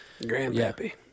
grandpappy